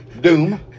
Doom